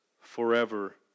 forever